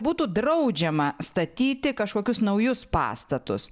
būtų draudžiama statyti kažkokius naujus pastatus